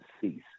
cease